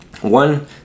one